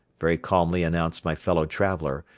very calmly announced my fellow traveler,